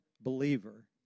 believer